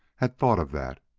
had thought of that.